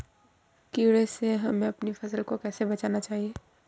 कीड़े से हमें अपनी फसल को कैसे बचाना चाहिए?